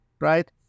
right